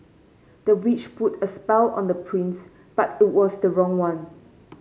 the witch put a spell on the prince but it was the wrong one